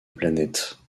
planète